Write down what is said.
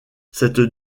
cette